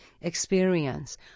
experience